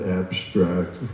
abstract